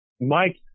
Mike